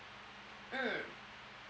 mm